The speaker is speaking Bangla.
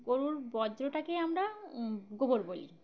গরুর বজ্রটাকে আমরা গোবর বলি